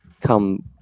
come